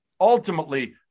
ultimately